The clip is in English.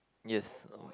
yes